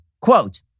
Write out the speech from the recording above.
Quote